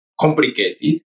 complicated